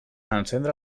encendre